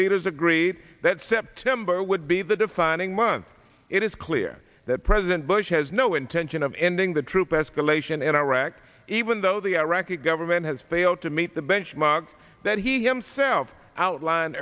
leaders agreed that september would be the defining month it is clear that president bush has no intention of ending the troop escalation in iraq even though the iraqi government has failed to meet the benchmarks that he himself outlined